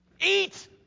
Eat